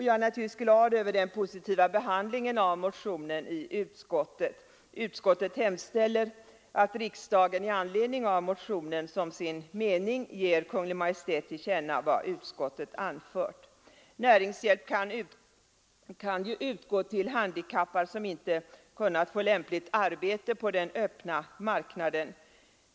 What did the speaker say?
Jag är naturligtvis glad över den positiva behandlingen av motionen i utskottet. Utskottet hemställer att riksdagen i anledning av motionen som sin mening ger Kungl. Maj:t till känna vad utskottet anfört. Näringshjälp kan ju utgå till handikappad som inte kunnat få lämpligt arbete på den öppna marknaden.